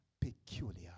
peculiar